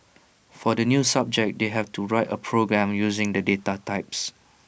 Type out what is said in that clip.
for the new subject they have to write A program using the data types